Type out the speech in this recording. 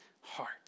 heart